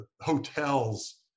hotels